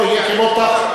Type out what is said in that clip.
איך יאכפו דבר כזה?